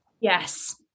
yes